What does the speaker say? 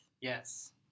Yes